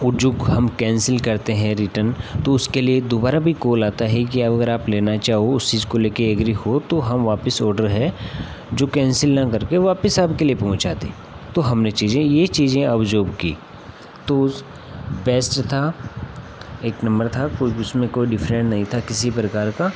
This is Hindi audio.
और जो हम कैन्सिल करते हैं रिटर्न तो उसके लिए दोबारा भी कॉल आता है कि अब अगर आप लेना चाहो उस चीज़ को लेकर एग्री हो तो हम वापस ऑडर है जो कैन्सिल ना करके वापस आपके लिए पहुँचा दें तो हमने चीज़ें ये चीज़ें अब जो की तो उस बेस्ट था एक नम्बर था कुछ भी उसमें कोई डिफ़रेंट नहीं था किसी प्रकार का